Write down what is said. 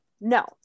No